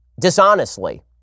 dishonestly